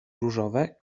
różowe